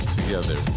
Together